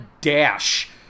dash